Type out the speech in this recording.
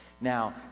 Now